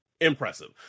Impressive